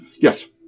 Yes